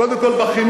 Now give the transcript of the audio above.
קודם כול בחינוך.